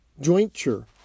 jointure